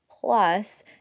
plus